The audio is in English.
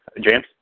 James